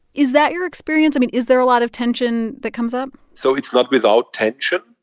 is that your experience? i mean, is there a lot of tension that comes up? so it's not without tension,